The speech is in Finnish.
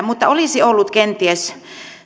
mutta olisi ollut kenties